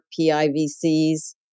PIVCs